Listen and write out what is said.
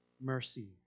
mercy